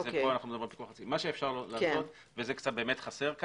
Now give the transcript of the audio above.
מה שאפשר לעשות, וזה באמת חסר פה